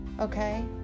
Okay